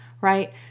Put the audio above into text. Right